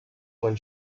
when